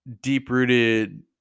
deep-rooted